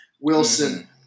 Wilson